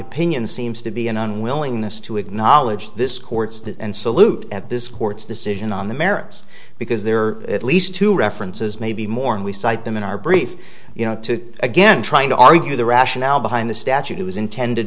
opinion seems to be an unwillingness to acknowledge this court's and salute at this court's decision on the merits because there are at least two references maybe more and we cite them in our brief you know again trying to argue the rationale behind the statute it was intended